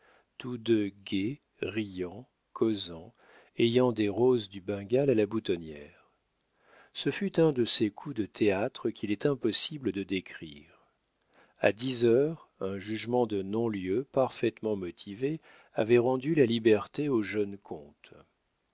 tous deux gais riant causant ayant des roses du bengale à la boutonnière ce fut un de ces coups de théâtre qu'il est impossible de décrire a dix heures un jugement de non-lieu parfaitement motivé avait rendu la liberté au jeune comte